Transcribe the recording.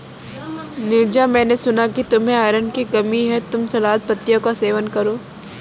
नीरज मैंने सुना कि तुम्हें आयरन की कमी है तुम सलाद पत्तियों का सेवन करो